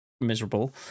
miserable